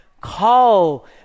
Call